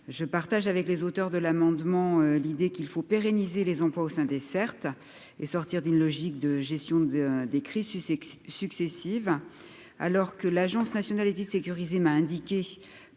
je partage avec les auteurs de l'amendement, l'idée qu'il faut pérenniser les emplois au sein des certes et sortir d'une logique de gestion de décrit Sussex successives, hein, alors que l'Agence nationale 10 sécurisé m'a indiqué